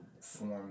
form